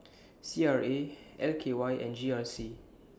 C R A L K Y and G R C